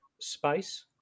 space